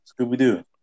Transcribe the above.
Scooby-Doo